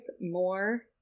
more